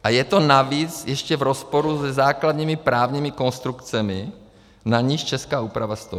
A je to navíc ještě v rozporu se základními právními konstrukcemi, na nichž česká úprava stojí.